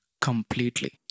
completely